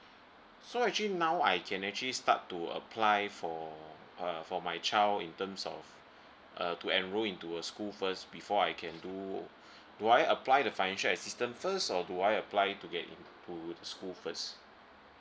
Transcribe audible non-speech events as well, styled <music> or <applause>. so actually now I can actually start to apply for uh for my child in terms of err to enrol into a school first before I can do <breath> do I apply the financial assistance first or do I apply to get into the school first